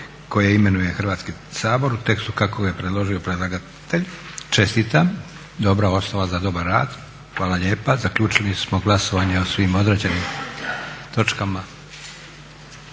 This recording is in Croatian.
koje imenuje Hrvatski sabor u tekstu kako ga je predložio predlagatelj. Čestitam, dobra osnova za dobar rad. Hvala lijepa. Zaključili smo glasovanje o svim odrađenim točkama.